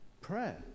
prayer